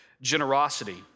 generosity